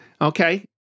Okay